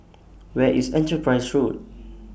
Where IS Enterprise Road